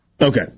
Okay